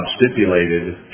stipulated